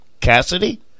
Cassidy